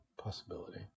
possibility